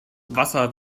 wasser